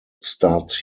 starts